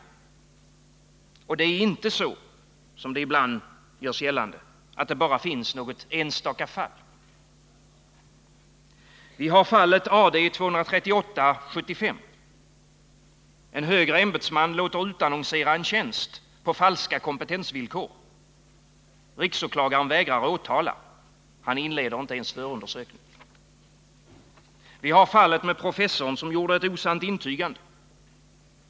Och det är inte så, som det ibland görs gällande, att det bara finns något enstaka fall. Vi har fallet AD 238/75. En hög ämbetsman låter utannonsera en tjänst på falska kompetensvillkor. RÅ vägrar åtala. Han inleder inte ens förundersökning. Vi har fallet med professorn, som gjorde ett osant intygande.